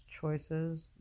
choices